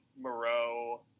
Moreau